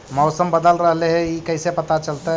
मौसम बदल रहले हे इ कैसे पता चलतै?